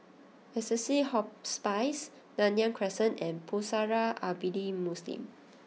Assisi Hospice Nanyang Crescent and Pusara Abadi Muslim